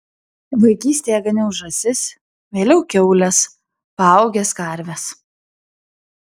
vaikystėje ganiau žąsis vėliau kiaules paaugęs karves